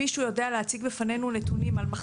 אם מישהו יודע להציג בפנינו נתונים על מחסור